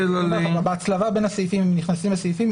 בהצלבה בין הסעיפים נכנסים הסעיפים.